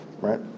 right